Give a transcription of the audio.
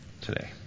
today